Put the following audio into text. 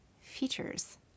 features